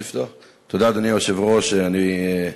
אדוני היושב-ראש, תודה,